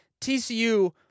TCU